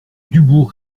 dubourg